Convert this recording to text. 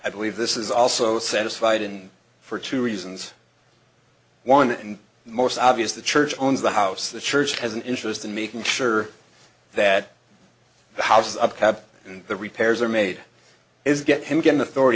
i believe this is also satisfied and for two reasons one and most obvious the church owns the house the church has an interest in making sure that the house of cab and the repairs are made is get him getting authority